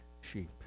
sheep